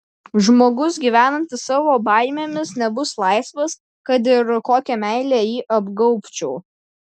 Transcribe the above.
žmogus gyvenantis savo baimėmis nebus laisvas kad ir kokia meile jį apgaubčiau